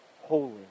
holy